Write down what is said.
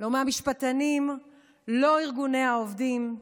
לא מהמשפטנים, לא מארגוני העובדים,